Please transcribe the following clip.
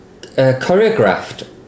choreographed